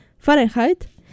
Fahrenheit